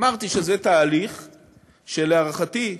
אמרתי שזה תהליך שלהערכתי,